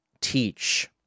teach